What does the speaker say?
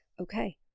okay